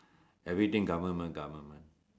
everything government government